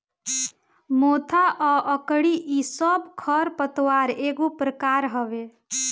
मोथा आ अकरी इ सब खर पतवार एगो प्रकार हवे